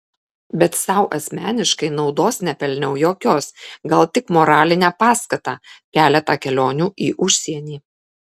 bet sau asmeniškai naudos nepelniau jokios gal tik moralinę paskatą keletą kelionių į užsienį